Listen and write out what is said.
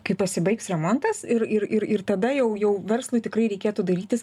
kai pasibaigs remontas ir ir ir tada jau jau verslui tikrai reikėtų dairytis